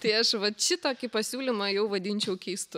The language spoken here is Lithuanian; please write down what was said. tai aš vat šitokį pasiūlymą jau vadinčiau keistu